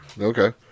Okay